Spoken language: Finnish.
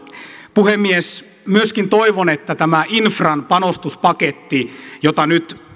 puhemies myöskin toivon että tästä infran panostuspaketista jota nyt